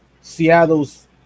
Seattle's